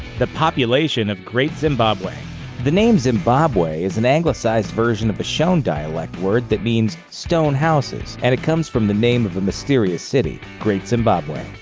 the population of great zimbabwe the name zimbabwe is an anglicized version of aa shoan dialect word that means stone houses and it comes from the name of a mysterious city great zimbabwe.